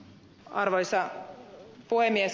arvoisa puhemies